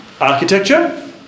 architecture